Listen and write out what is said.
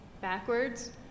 backwards